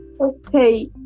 Okay